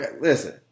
Listen